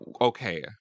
Okay